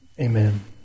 Amen